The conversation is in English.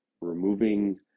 removing